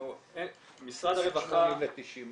משרד הרווחה -- בין 80% ל-90%,